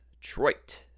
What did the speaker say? Detroit